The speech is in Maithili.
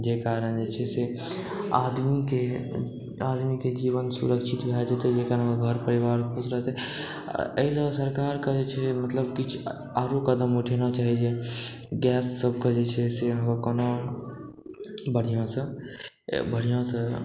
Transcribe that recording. जे कारण जे छै से आदमीके जीवन सुरक्षित भऽ जेतै जे कारण घर परिवार खुश रहतै आओर एहिलए सरकार कहै छै मतलब किछु आओर कदम उठेना चाही जे गैससबके जे छै से कोना बढ़िआँसँ बढ़िआँसँ